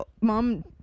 Mom